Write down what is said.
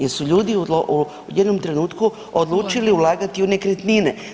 Jel su ljudi u jednom trenutku odlučili ulagati u nekretnine.